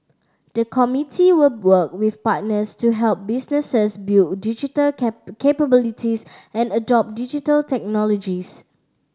the committee will work with partners to help businesses build digital capabilities and adopt Digital Technologies